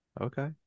Okay